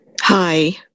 Hi